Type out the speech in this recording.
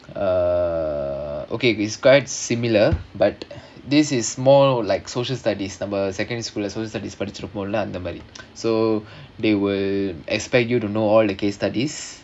uh okay it's quite similar but this is more of like social studies நம்ம:namma secondary school social studies படிச்சிருக்கோம்ல அந்த மாதிரி:padichirukkomla andha maadhiri so they will expect you to know all the case studies